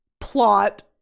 plot